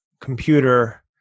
computer